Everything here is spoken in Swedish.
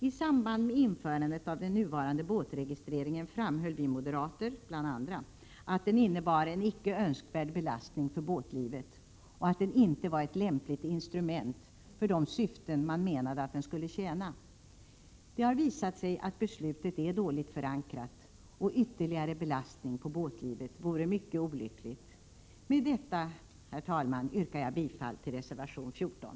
I samband med införandet av den nuvarande båtregistreringen framhöll vi moderater — bland andra — att den innebar en icke önskvärd belastning för båtlivet, och att den inte var ett lämpligt instrument för de syften man menade att den skulle tjäna. Det har visat sig att beslutet är dåligt förankrat, och det vore mycket olyckligt med ytterligare belastning på båtlivet. Med detta, herr talman, yrkar jag bifall till reservation 14.